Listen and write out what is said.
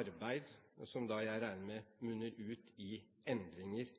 arbeid som jeg regner med munner ut i endringer